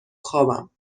خوابم